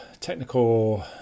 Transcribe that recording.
technical